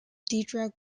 deirdre